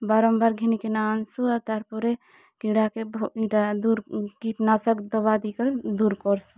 ବାରମ୍ବାର ଘିନି କିନା ଆନସୁଁ ଆର ତା'ପରେ କିଡ଼ାକେ ଇଟା ଦୂର୍ କୀଟନାଶକ ଦବା ଦିକର ଦୂର କରସୁଁ